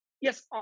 Yes